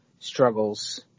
struggles